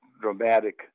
dramatic